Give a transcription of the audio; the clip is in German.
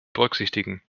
berücksichtigen